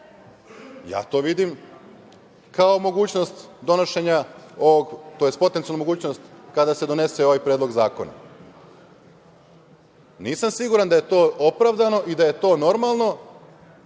Ja to vidim kao potencijalnu mogućnost kada se donese ovaj predlog zakona. Nisam siguran da je to opravdano i da je to normalno